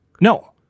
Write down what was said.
No